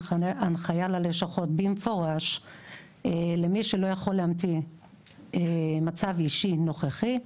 הנחיה ללשכות שמי שלא יכול להמציא מצב אישי נוכחי,